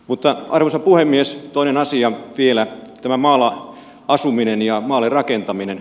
mutta arvoisa puhemies toinen asia vielä tämä maalla asuminen ja maalle rakentaminen